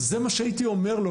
זה מה שהייתי אומר לו.